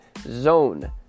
zone